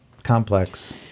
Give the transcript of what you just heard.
Complex